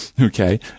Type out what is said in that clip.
okay